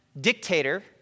dictator